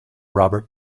robert